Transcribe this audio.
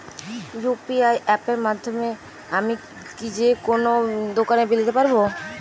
UPI অ্যাপের মাধ্যমে আমি কি যেকোনো দোকানের বিল দিতে পারবো?